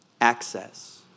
Access